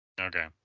Okay